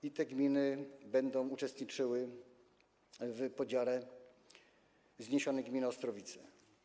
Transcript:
I te gminy będą uczestniczyły w podziale zniesionej gminy Ostrowice.